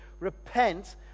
Repent